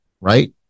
right